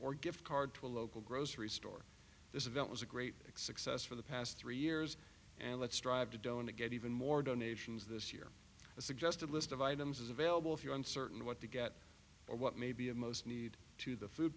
or gift card to a local grocery store this event was a great success for the past three years and let's strive to doand to get even more donations this year a suggested list of items is available if you are uncertain what to get or what may be of most need to the food